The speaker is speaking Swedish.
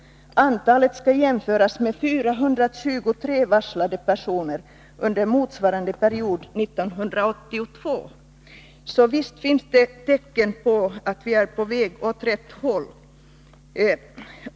Antalet skall jämföras med 423 varslade personer under motsvarande period 1982. Så visst finns det tecken på att vi är på väg åt rätt håll.